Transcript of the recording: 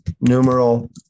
numeral